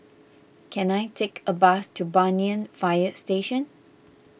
can I take a bus to Banyan Fire Station